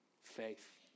faith